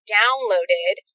downloaded